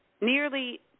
nearly